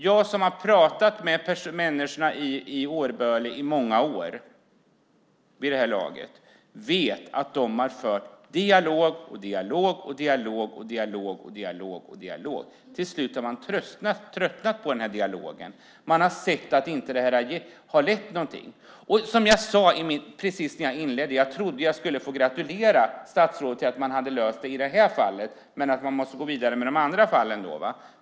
Jag som har pratat med människorna i Årböle i många år vid det här laget vet att de har fört dialog, dialog och dialog. Till slut har man tröttnat på den här dialogen eftersom den inte har lett till någonting. Som jag sade precis när jag inledde: Jag trodde att jag skulle få gratulera statsrådet till att ha löst det här fallet, fast man måste gå vidare med de andra fallen.